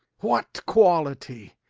what quality?